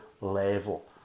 level